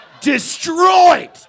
destroyed